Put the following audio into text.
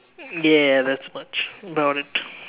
ya that's much about it